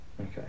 Okay